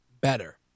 better